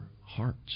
hearts